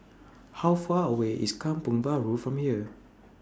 How Far away IS Kampong Bahru from here